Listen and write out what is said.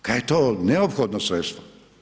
Kaj je to neophodno sredstvo?